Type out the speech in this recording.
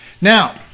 Now